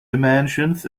dimensions